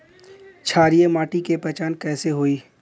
क्षारीय माटी के पहचान कैसे होई?